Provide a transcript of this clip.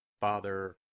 Father